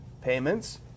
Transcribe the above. payments